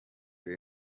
your